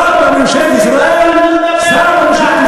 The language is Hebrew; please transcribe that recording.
רק לפני חודש שר בממשלת ישראל, הם רוצחים.